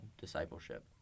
discipleship